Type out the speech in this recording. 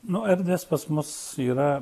nu erdvės pas mus yra